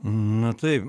na taip